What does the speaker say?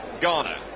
Ghana